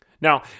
Now